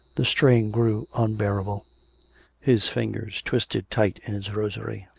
the strain grew unbearable his fingers twisted tight in his rosary,